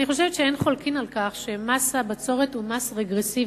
אני חושבת שאין חולקים על כך שמס הבצורת הוא מס רגרסיבי,